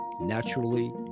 naturally